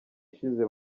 ishize